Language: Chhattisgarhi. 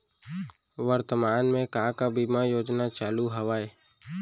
वर्तमान में का का बीमा योजना चालू हवये